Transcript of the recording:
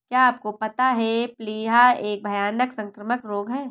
क्या आपको पता है प्लीहा एक भयानक संक्रामक रोग है?